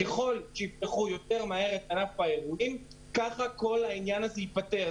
ככל שיפתחו יותר מהר את ענף האירועים כך כל העניין הזה ייפתר.